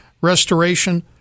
Restoration